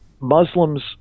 Muslims